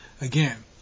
again